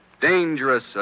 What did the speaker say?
Dangerous